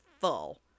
full